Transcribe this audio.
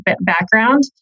background